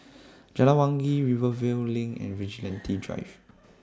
Jalan Wangi Rivervale LINK and Vigilante Drive